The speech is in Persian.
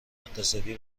اقتصادی